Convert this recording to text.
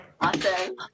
Awesome